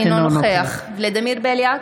אינו נוכח ולדימיר בליאק,